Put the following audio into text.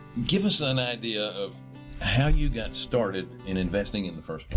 give us an idea of how you got started in investing in the first